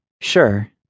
Sure